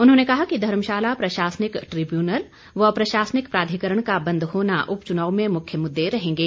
उन्होंने कहा कि धर्मशाला प्रशासनिक ट्रिब्यूनल व प्रशासनिक प्राधिकरण का बंद होना उपचुनाव में मुख्य मुददे रहेंगे